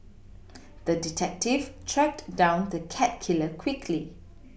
the detective tracked down the cat killer quickly